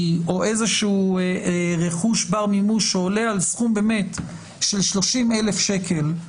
או רכוש בר מימוש העולה על סכום של 30,000 שקל,